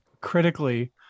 critically